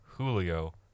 Julio